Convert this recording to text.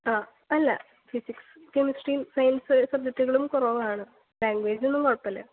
ആ അല്ല physics chemistry science സബ്ജക്റ്റുകളും കുറവാണ് ലാംഗ്വേജ് ഒന്നും കുഴപ്പമില്ല